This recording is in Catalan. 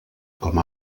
com